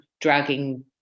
dragging